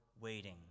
waiting